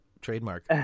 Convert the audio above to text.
trademark